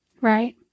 Right